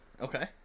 okay